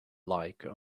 like